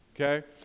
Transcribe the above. Okay